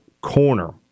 Corner